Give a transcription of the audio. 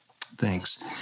Thanks